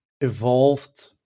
evolved